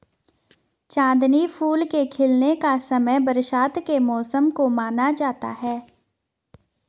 चांदनी फूल के खिलने का समय बरसात के मौसम को माना जाता है